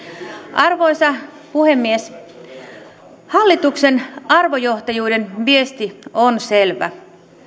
arvoisa puhemies hallituksen arvojohtajuuden viesti on selvä